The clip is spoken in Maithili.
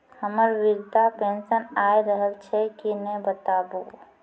हमर वृद्धा पेंशन आय रहल छै कि नैय बताबू?